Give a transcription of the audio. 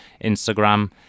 Instagram